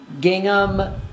gingham